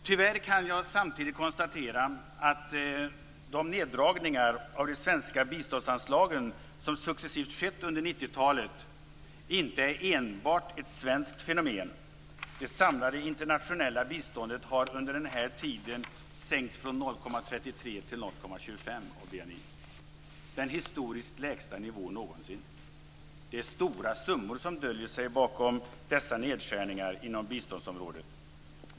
Tyvärr kan jag samtidigt konstatera att de neddragningar av de svenska biståndsanslagen som successivt skett under 90-talet inte enbart är ett svenskt fenomen. Det samlade internationella biståndet har under den här tiden sänkts från 0,33 % till 0,25 % av BNI. Det är den lägsta nivån någonsin. Det är stora summor som döljer sig bakom dessa nedskärningar inom biståndsområdet.